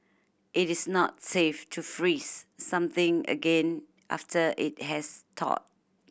it is not safe to freeze something again after it has thawed